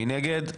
מי נגד?